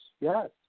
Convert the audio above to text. yes